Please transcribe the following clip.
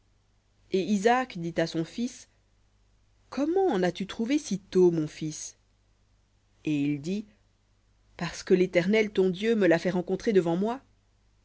et isaac dit à son fils comment en as-tu trouvé si tôt mon fils et il dit parce que l'éternel ton dieu me l'a fait rencontrer devant moi